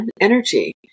energy